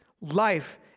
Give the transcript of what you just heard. life